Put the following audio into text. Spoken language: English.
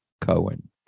cohen